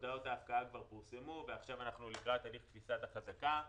הודעות ההפקעה כבר פורסמו ועכשיו אנחנו לקראת הליך תפיסת החזקה.